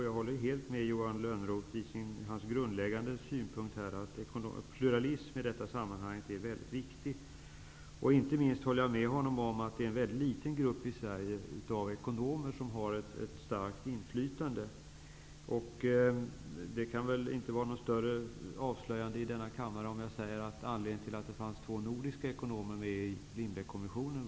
Jag håller helt med Johan Lönnroth i hans grundläggande synpunkt. Pluralism är i detta sammanhang mycket viktigt. Inte minst håller jag med honom om att det är en mycket liten grupp av ekonomer i Sverige som har ett starkt inflytande. Det kan inte vara något större avslöjande att i denna kammare säga att det var på mitt eget initiativ som det fanns två nordiska ekonomer med i Lindbeckkommissionen.